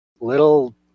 little